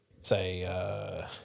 say